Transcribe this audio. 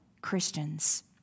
Christians